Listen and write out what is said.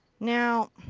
now.